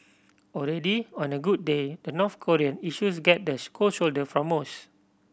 already on a good day the North Korean issues get the cold shoulder from most